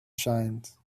shines